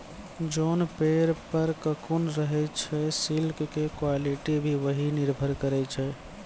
जोन पेड़ पर ककून रहै छे सिल्क के क्वालिटी भी वही पर निर्भर करै छै